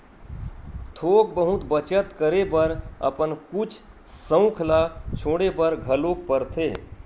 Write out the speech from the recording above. थोक बहुत बचत करे बर अपन कुछ सउख ल छोड़े बर घलोक परथे